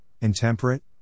intemperate